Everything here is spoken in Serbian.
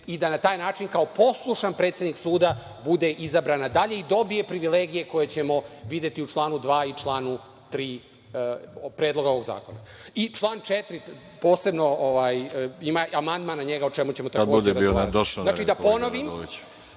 i da na taj način kao poslušan predsednik suda bude izabran na dalje i dobije privilegije koje ćemo videti u članu 2. i članu 3. Predloga ovog zakona. Član 4. posebno, ima amandman, na njega o čemu ćemo posle govoriti. Znači, da ponovim,